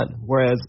Whereas –